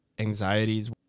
Anxieties